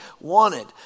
wanted